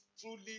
truly